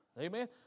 Amen